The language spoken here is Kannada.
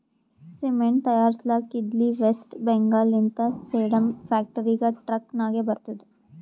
ಸಿಮೆಂಟ್ ತೈಯಾರ್ಸ್ಲಕ್ ಇದ್ಲಿ ವೆಸ್ಟ್ ಬೆಂಗಾಲ್ ಲಿಂತ ಸೇಡಂ ಫ್ಯಾಕ್ಟರಿಗ ಟ್ರಕ್ ನಾಗೆ ಬರ್ತುದ್